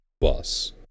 bus